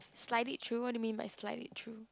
slide it through what do you mean by slide it through